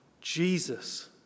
Jesus